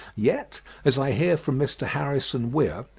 yet, as i hear from mr. harrison weir,